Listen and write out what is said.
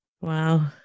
wow